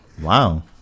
Wow